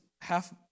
half